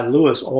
Lewis